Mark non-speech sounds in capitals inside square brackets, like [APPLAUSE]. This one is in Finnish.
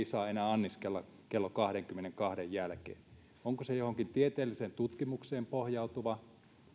[UNINTELLIGIBLE] saa anniskella enää kello kahdenkymmenenkahden jälkeen onko se johonkin tieteelliseen tutkimukseen pohjautuva